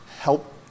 help